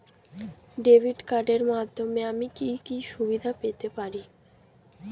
Debit কার্ডের মাধ্যমে আমি কি কি সুবিধা পেতে পারি?